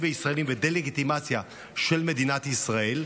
וישראלים ולדה-לגיטימציה של מדינת ישראל,